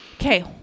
Okay